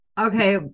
okay